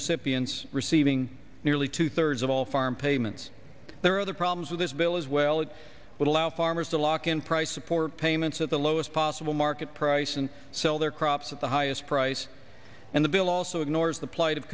recipients receiving nearly two thirds of all farm payments there are other problems with this bill as well it would allow farmers to lock in price support payments at the lowest possible market price and sell their crops at the highest price and the bill also ignores the plight of